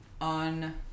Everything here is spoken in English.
on